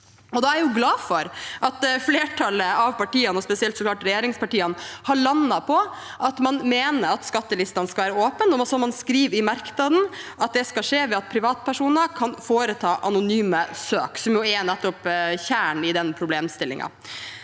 Jeg er glad for at flertallet av partiene og spesielt regjeringspartiene har landet på at man mener skattelistene skal være åpne. Som man skriver i merknaden, skal det skje ved at «privatpersoner kan foreta anonyme søk», som nettopp er kjernen i den problemstillingen.